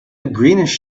greenish